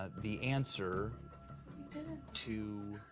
ah the answer didn't. to